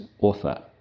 author